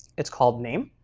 it's called name.